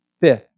Fifth